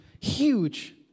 huge